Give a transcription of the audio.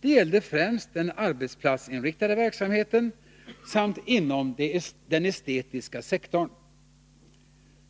Det gällde främst den arbetsplatsinriktade verksamheten samt inom den estetiska sektorn.